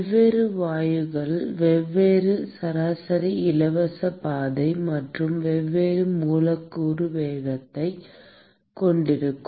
வெவ்வேறு வாயுக்கள் வெவ்வேறு சராசரி இலவச பாதை மற்றும் வெவ்வேறு மூலக்கூறு வேகத்தை கொண்டிருக்கும்